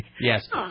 Yes